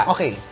Okay